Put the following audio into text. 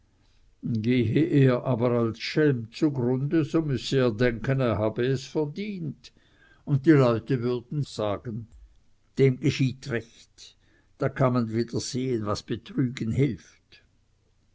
aber als schelm zugrunde so müsse er denken er habe es verdient und die leute würden sagen dem geschieht recht da kann man wieder sehen was betrügen hilft